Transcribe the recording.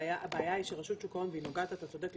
הבעיה היא שרשות שוק ההון ואתה צודק,